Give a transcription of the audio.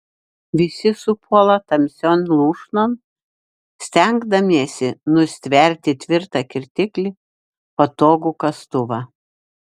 visi supuola tamsion lūšnon stengdamiesi nustverti tvirtą kirtiklį patogų kastuvą